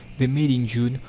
they made, in june,